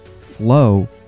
Flow